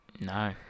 No